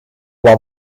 while